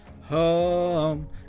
home